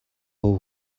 хувь